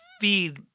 feed